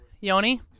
Yoni